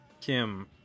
kim